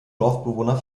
dorfbewohner